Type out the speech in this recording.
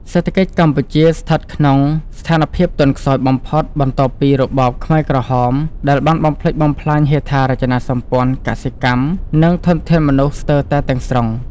សេដ្ឋកិច្ចកម្ពុជាស្ថិតក្នុងស្ថានភាពទន់ខ្សោយបំផុតបន្ទាប់ពីរបបខ្មែរក្រហម ដែលបានបំផ្លិចបំផ្លាញហេដ្ឋារចនាសម្ព័ន្ធ កសិកម្ម និងធនធានមនុស្សស្ទើរតែទាំងស្រុង ។